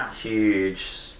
huge